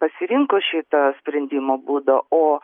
pasirinko šitą sprendimo būdą o